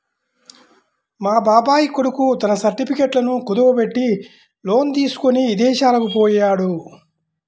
మా బాబాయ్ కొడుకు తన సర్టిఫికెట్లను కుదువబెట్టి లోను తీసుకొని ఇదేశాలకు పొయ్యాడు